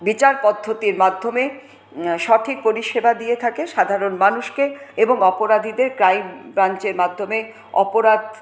বিচার পদ্ধতির মাধ্যমে সঠিক পরিষেবা দিয়ে থাকে সাধারণ মানুষকে এবং অপরাধীদের ক্রাইম ব্রাঞ্চের মাধ্যমে অপরাধ